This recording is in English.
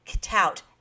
tout